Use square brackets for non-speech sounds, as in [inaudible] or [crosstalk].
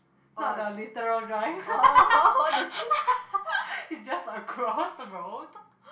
not the literal drive [laughs] it's just across the road